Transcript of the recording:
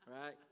right